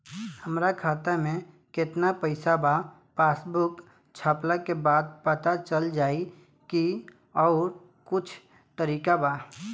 हमरा खाता में केतना पइसा बा पासबुक छपला के बाद पता चल जाई कि आउर कुछ तरिका बा?